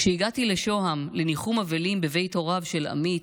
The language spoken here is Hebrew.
כשהגעתי לשוהם, לניחום אבלים בבית הוריו של עמית,